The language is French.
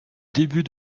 début